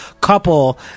couple